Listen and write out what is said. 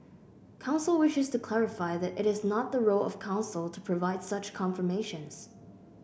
council wishes to clarify that it is not the role of Council to provide such confirmations